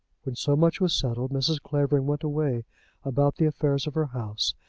when so much was settled, mrs. clavering went away about the affairs of her house,